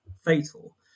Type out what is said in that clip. fatal